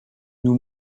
nous